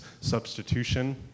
substitution